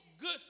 good